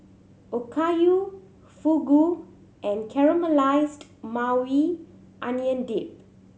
Okayu Fugu and Caramelized Maui Onion Dip